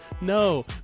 no